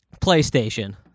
PlayStation